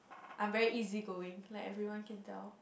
I am very easygoing like everyone can tell